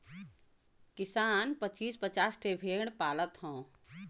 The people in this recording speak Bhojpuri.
किसान पचीस पचास ठे भेड़ पालत हौ